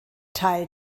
teil